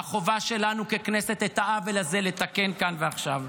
החובה שלנו ככנסת לתקן את העוול הזה כאן ועכשיו.